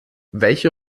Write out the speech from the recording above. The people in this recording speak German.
welche